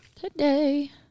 Today